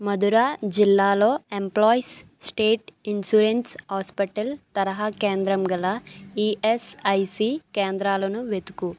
మధురా జిల్లాలో employees state insurance hospital తరహా కేంద్రం గల ఈఎస్ఐసీ కేంద్రాలను వెతుకు